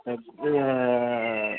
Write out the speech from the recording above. तब